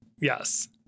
Yes